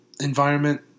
environment